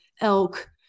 elk